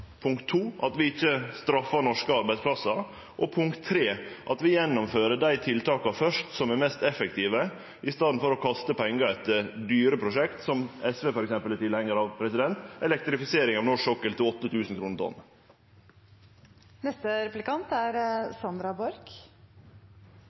at vi ikkje straffar norske arbeidsplassar, og at vi først gjennomfører dei tiltaka som er mest effektive, i staden for å kaste pengar etter dyre prosjekt, som SV f.eks. er tilhengar av, elektrifisering av norsk sokkel til